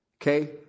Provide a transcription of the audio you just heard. Okay